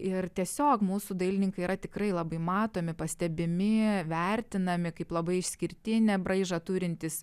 ir tiesiog mūsų dailininkai yra tikrai labai matomi pastebimi vertinami kaip labai išskirtinį braižą turintys